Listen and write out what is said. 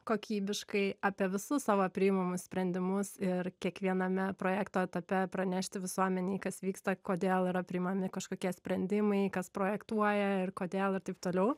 kokybiškai apie visus savo priimamus sprendimus ir kiekviename projekto etape pranešti visuomenei kas vyksta kodėl yra priimami kažkokie sprendimai kas projektuoja ir kodėl ir taip toliau